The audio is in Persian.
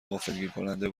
غافلگیرکننده